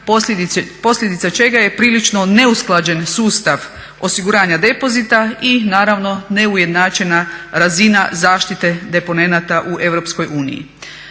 posljedica čega je prilično neusklađen sustav osiguranja depozita i naravno neujednačena razina zaštite deponenata u